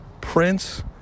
prince